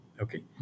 okay